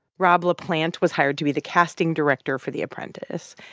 rob laplante was hired to be the casting director for the apprentice.